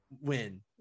win